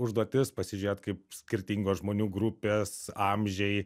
užduotis pasižėt kaip skirtingos žmonių grupės amžiai